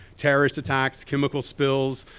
terrorist attacks, chemical spills,